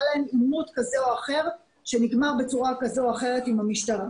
להם עימות כזה או אחר שנגמר בצורה כזו או אחרת עם המשטרה.